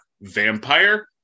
vampire